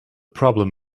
problem